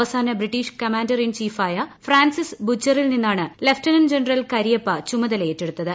അവസാന British commander in ചീഫായ Francis ബുച്ചറിൽ നിന്നാണ് ലെഫ്റ്റനന്റ് ജനറൽ കരിയപ്പ ചുമതലയേറ്റെടുത്തത്